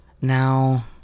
Now